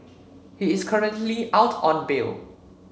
he is currently out on bail